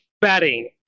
betting